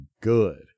good